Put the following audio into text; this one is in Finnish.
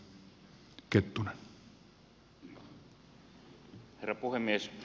herra puhemies